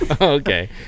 Okay